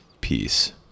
peace